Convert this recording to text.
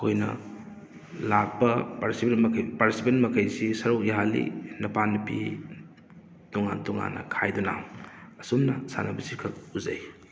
ꯑꯩꯈꯣꯏꯅ ꯂꯥꯛꯄ ꯃꯈꯩ ꯄꯥꯔꯇꯤꯁꯤꯄꯦꯟꯠ ꯃꯈꯩꯁꯤ ꯁꯔꯨꯛ ꯌꯥꯍꯜꯂꯤ ꯅꯨꯄꯥ ꯅꯨꯄꯤ ꯇꯣꯉꯥꯟ ꯇꯣꯉꯥꯟꯅ ꯈꯥꯏꯗꯨꯅ ꯑꯁꯨꯝꯅ ꯁꯥꯟꯅꯕꯁꯤ ꯑꯩꯈꯣꯏ ꯎꯖꯩ